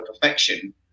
perfection